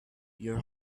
your